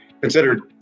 considered